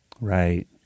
right